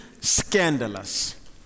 scandalous